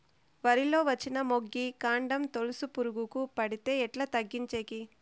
వరి లో వచ్చిన మొగి, కాండం తెలుసు పురుగుకు పడితే ఎట్లా తగ్గించేకి?